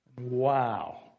Wow